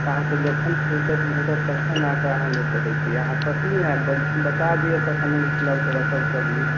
तऽ अहाँके जखन फुरसत भेटत तखन आकऽ अहाँ ले सकैत छी अहाँ कखनो आबि कऽ बता दिअऽ तखन हम उपलब्ध राखब सब्जी